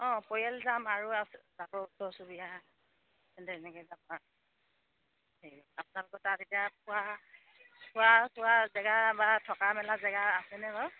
অঁ পৰিয়াল যাম আৰু অ তাতো তেনেকে আপোনালোকৰ তাত এতিয়া খোৱা খোৱা চোৱা জেগা বা থকা মেলা জেগা আছেনে বাৰু